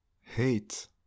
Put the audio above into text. hate